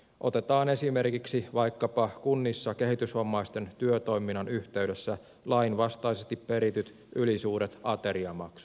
otetaan esimerkiksi vaikkapa kunnissa kehitysvammaisten työtoiminnan yhteydessä lainvastaisesti perityt ylisuuret ateriamaksut